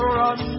run